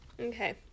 Okay